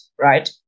Right